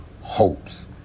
hopes